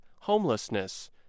homelessness